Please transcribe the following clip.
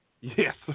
Yes